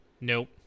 Nope